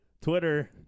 Twitter